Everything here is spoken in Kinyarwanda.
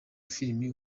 filimi